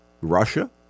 Russia